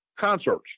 concerts